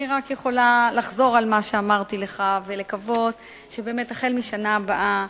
אני רק יכולה לחזור על מה שאמרתי לך ולקוות שבאמת החל מהשנה הבאה,